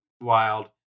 wild